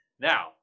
Now